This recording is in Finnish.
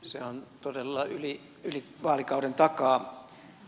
se on todella yli vaalikauden takaa